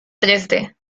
dresde